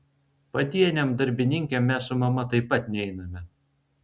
padienėm darbininkėm mes su mama taip pat neiname